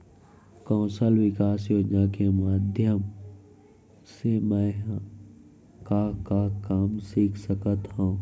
कौशल विकास योजना के माधयम से मैं का का काम सीख सकत हव?